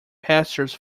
pastures